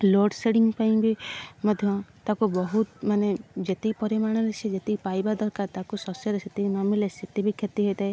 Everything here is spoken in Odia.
ଲୋଡ଼୍ ସେଟିଙ୍ଗ୍ ପାଇଁ ବି ମଧ୍ୟ ତାକୁ ବହୁତ ମାନେ ଯେତିକି ପରିମାଣରେ ସିଏ ଯେତିକି ପାଇବା ଦରକାର ତାକୁ ଶସ୍ୟରେ ସେତିକି ନ ମିଳିଲେ ସେଠି ବି କ୍ଷତି ହୋଇଥାଏ